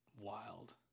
wild